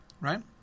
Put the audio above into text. right